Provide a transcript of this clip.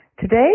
Today